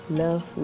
love